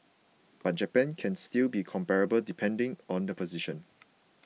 but Japan can still be comparable depending on the position